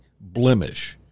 blemish